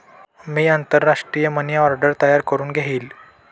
मी आंतरराष्ट्रीय money order तयार करुन घेईन